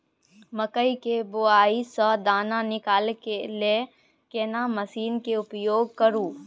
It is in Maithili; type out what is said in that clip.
मकई के बाईल स दाना निकालय के लेल केना मसीन के उपयोग करू?